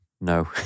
no